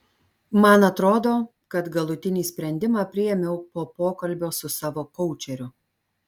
man atrodo kad galutinį sprendimą priėmiau po pokalbio su savo koučeriu